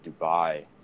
Dubai